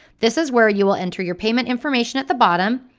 this is where you'll enter your payment information at the bottom,